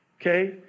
okay